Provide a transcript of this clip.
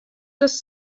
just